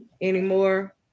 anymore